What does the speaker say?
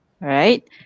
Right